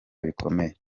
bikomeye